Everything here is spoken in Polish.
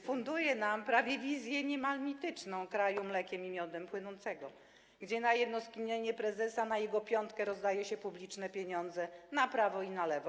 Funduje nam wizję niemal mityczną kraju mlekiem i miodem płynącego, gdzie na jedno skinienie prezesa na jego piątkę rozdaje się publiczne pieniądze na prawo i na lewo.